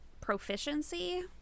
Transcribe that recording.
proficiency